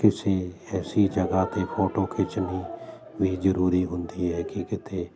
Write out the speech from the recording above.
ਕਿਸੇ ਐਸੀ ਜਗ੍ਹਾ 'ਤੇ ਫੋਟੋ ਖਿੱਚਣੀ ਵੀ ਜ਼ਰੂਰੀ ਹੁੰਦੀ ਹੈ ਕਿ ਕਿੱਥੇ